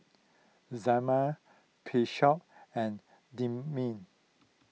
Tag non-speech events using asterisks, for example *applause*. Zelma Bishop and *unintelligible*